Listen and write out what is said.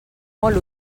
molt